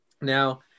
now